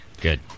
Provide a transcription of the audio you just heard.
Good